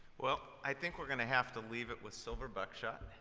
well, i think we're going to have to leave it with silver buckshot,